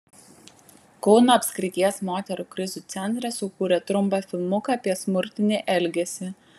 kauno apskrities moterų krizių centras sukūrė trumpą filmuką apie smurtinį elgesį